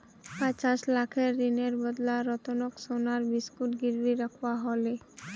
पचास लाखेर ऋनेर बदला रतनक सोनार बिस्कुट गिरवी रखवा ह ले